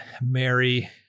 Mary